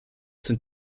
sind